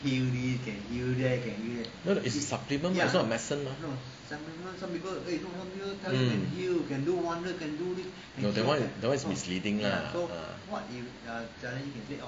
no it's supplement it's not a medicine mah mm no that [one] that [one] is misleading lah uh